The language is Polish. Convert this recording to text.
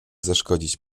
zaszkodzić